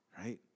right